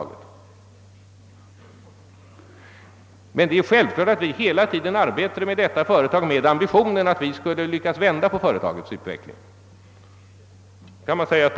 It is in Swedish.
Men det är självklart att vi hela tiden arbetade med ambitionen att vi skulle lyckas vända på utvecklingen för företaget.